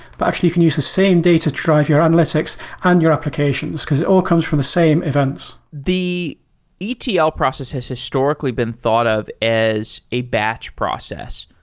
but actually you can use the same data to drive your analytics and your applications, because it all comes from the same events. the etl yeah ah process has historically been thought of as a batch process.